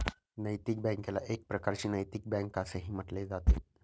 नैतिक बँकेला एक प्रकारची नैतिक बँक असेही म्हटले जाते